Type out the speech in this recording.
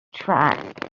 track